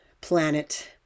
planet